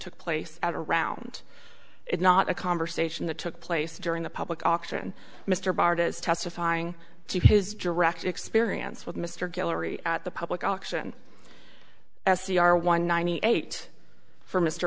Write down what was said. took place at around it not a conversation that took place during the public auction mr barton is testifying to his direct experience with mr guillory at the public auction s e r one ninety eight for m